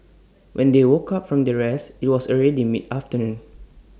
when they woke up from their rest IT was already mid afternoon